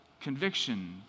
conviction